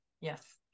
Yes